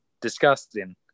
disgusting